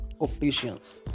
opticians